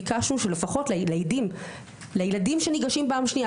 ביקשנו שלפחות לילדים שניגשים פעם שנייה,